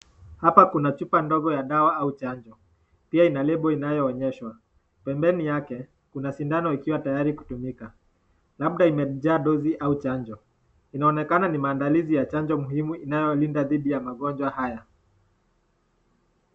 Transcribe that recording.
Hapa kuna chupa ndogo ya dawa ama chanjo. Pia ina [label] inayo onyeshwa. Pembeni yake, kuna sindano ikiwa tayari kutumika, labda imejaa [doze] ama chanjo. Inaonekana ni maandalizi ya chanjo muhimu inayolinda dhidi ya magonjwa haya.